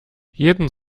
jeden